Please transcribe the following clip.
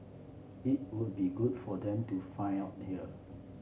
it would be good for them to find out here